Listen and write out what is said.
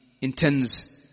intends